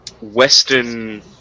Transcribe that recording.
western